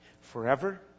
forever